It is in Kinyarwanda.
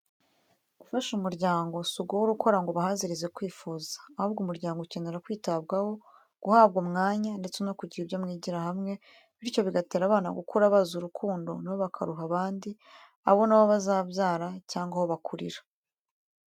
Gufasha umuryango si uguhora ukora ngo ubahazirize kwifuza, ahubwo umuryango ukenera kwitabwaho, guhabwa umwanya ndetse no kugira ibyo mwigira hamwe, bityo bigatera abana gukura bazi urukundo na bo bakaruha abandi, abo na bo bazabyara cyangwa aho bakurira.